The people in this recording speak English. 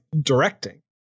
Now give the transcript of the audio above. directing